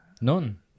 None